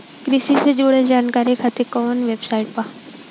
कृषि से जुड़ल जानकारी खातिर कोवन वेबसाइट बा?